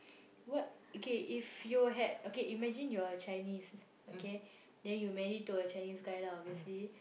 what okay if you had okay imagine you are a Chinese okay then you marry to a Chinese guy lah obviously